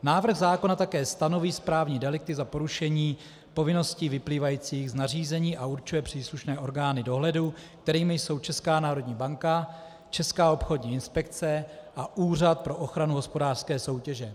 Návrh zákona také stanoví správní delikty za porušení povinností vyplývajících z nařízení a určuje příslušné orgány dohledu, kterými jsou Česká národní banka, Česká obchodní inspekce a Úřad pro ochranu hospodářské soutěže.